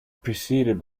preceded